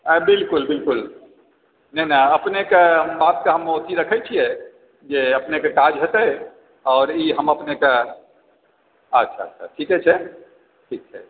बिल्कुल बिल्कुल नहि नहि अपनेकेँ बातके हम ओ अथी रखैत छियै जे अपनेकेँ काज हेतै आओर ई हम अपनेकेँ अच्छा अच्छा ठीके छै ठीक छै